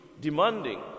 demanding